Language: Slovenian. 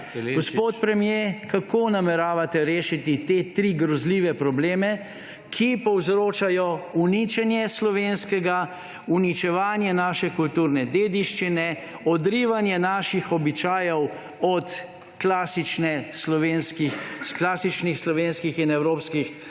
Gospod premier: Kako nameravate rešiti te tri grozljive probleme, ki povzročajo uničenje slovenskega, uničevanje naše kulturne dediščine, odrivanje naših običajev od klasičnih slovenskih in evropskih